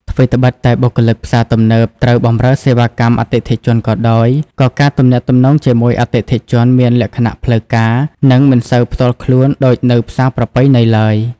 ថ្វីត្បិតតែបុគ្គលិកផ្សារទំនើបត្រូវបម្រើសេវាកម្មអតិថិជនក៏ដោយ ក៏ការទំនាក់ទំនងជាមួយអតិថិជនមានលក្ខណៈផ្លូវការ និងមិនសូវផ្ទាល់ខ្លួនដូចនៅផ្សារប្រពៃណីឡើយ។